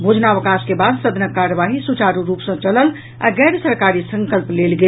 भोजनावकाश के बाद सदनक कार्यवाही सुचारू रूप सँ चलल आ गैर सरकारी संकल्प लेल गेल